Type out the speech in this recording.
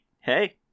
hey